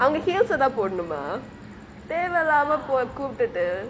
அங்கே:ange heels தா போடுனுமா தேவே இல்லமே பொ~ கூப்ட்டுட்டு:thaa podunumaa teva illame po~ kooptutu